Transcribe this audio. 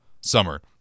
summer